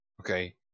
Okay